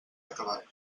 acabat